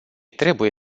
trebuie